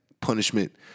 punishment